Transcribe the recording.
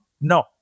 No